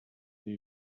then